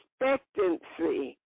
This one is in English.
expectancy